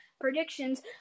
predictions